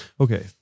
okay